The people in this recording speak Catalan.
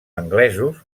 anglesos